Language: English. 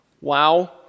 Wow